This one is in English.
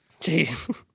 Jeez